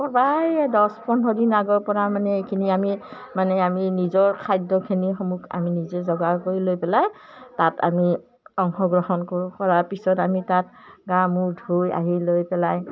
প্ৰায় দহ পোন্ধৰ দিন আগৰপৰা মানে এইখিনি আমি মানে আমি নিজৰ খাদ্যখিনিসমূহ আমি নিজে যোগাৰ কৰি লৈ পেলাই তাত আমি অংশগ্ৰহণ কৰোঁ কৰাৰ পিছত আমি তাত গা মূৰ ধুই আহি লৈ পেলাই